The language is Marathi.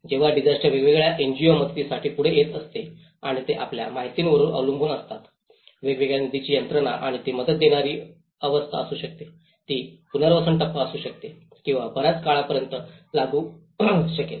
जेव्हा डिसास्टर वेगवेगळ्या एनजीओ मदतीसाठी पुढे येत असते आणि ते आपल्या माहितीवर अवलंबून असतात वेगवेगळ्या निधीची यंत्रणा आणि ती मदत देणारी अवस्था असू शकते ती पुनर्वसन टप्पा असू शकते किंवा बराच काळपर्यंत लागू शकेल